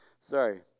Sorry